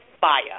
fire